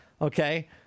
Okay